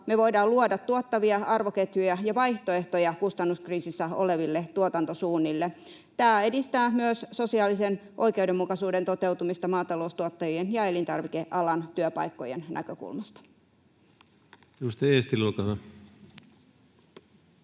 me voidaan luoda tuottavia arvoketjuja ja vaihtoehtoja kustannuskriisissä oleville tuotantosuunnille. Tämä edistää myös sosiaalisen oikeudenmukaisuuden toteutumista maataloustuottajien ja elintarvikealan työpaikkojen näkökulmasta.